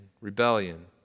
rebellion